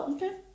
Okay